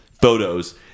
photos